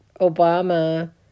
Obama